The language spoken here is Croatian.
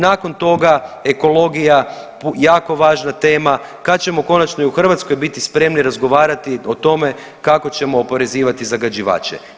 Nakon toga ekologija, jako važna tema, kad ćemo konačno i u Hrvatskoj biti spremni razgovarati o tome kako ćemo oporezivati zagađivače.